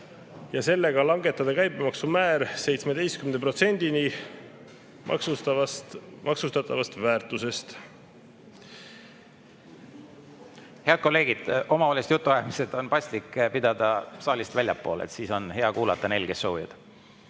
sellega langetada käibemaksumäär 17%-ni maksustatavast väärtusest. Head kolleegid! Omavahelised jutuajamised on paslik pidada saalist väljaspool, siis on hea kuulata neil, kes soovivad.